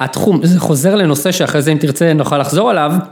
התחום וזה חוזר לנושא שאחרי זה אם תרצה נוכל לחזור אליו